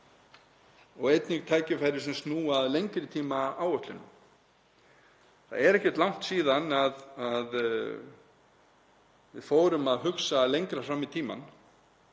og einnig tækifæri sem snúa að lengri tíma áætlun. Það er ekkert langt síðan að við fórum að hugsa lengra fram í tímann.